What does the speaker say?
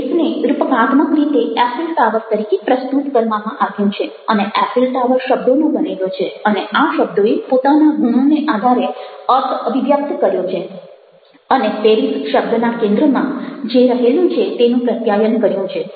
પેરિસને રૂપકાત્મક રીતે Eiffel tower તરીકે પ્રસ્તુત કરવામાં આવ્યું છે અને એફિલ ટાવર શબ્દોનો બનેલો છે અને આ શબ્દોએ પોતાના ગુણોને આધારે અર્થ અભિવ્યક્ત કર્યો છે અને પેરિસ શબ્દના કેન્દ્રમાં જે રહેલું છે તેનું પ્રત્યાયન કર્યું છે